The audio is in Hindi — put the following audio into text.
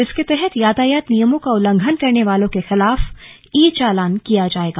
इसके तहत यातायात नियमों का उल्लंघन करने वालों के खिलाफ ई चालान किया जाएगा